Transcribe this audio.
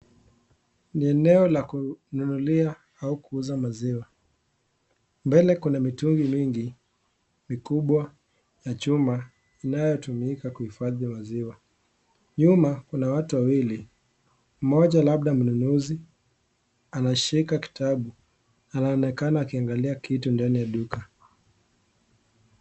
Eneo la kununulia au kuuza maziwa ,mbele kuna mitungi mingi mikubwa ya chuma . Nyuma kuna watu wawili ,mmoja labda mnunuzi anashika kitabu , anaonekana akiangalia kitu ndani ya duka .